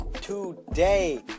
today